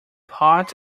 pot